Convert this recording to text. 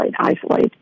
isolate